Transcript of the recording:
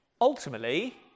Ultimately